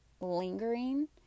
lingering